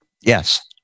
Yes